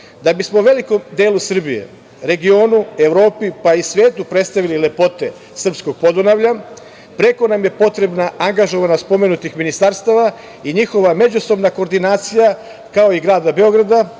bismo velikom delu Srbije, regionu, Evropi, pa i svetu predstavili lepote srpskog Podunavlja, preko nam je potrebna angažovanost pomenutih ministarstava i njihova međusobna koordinacija, kao i grada Beograda,